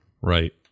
Right